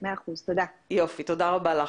תודה רבה לך.